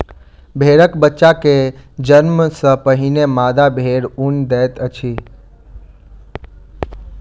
भेड़क बच्चा के जन्म सॅ पहिने मादा भेड़ ऊन दैत अछि